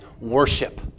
worship